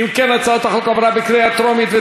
התשע"ה 2015,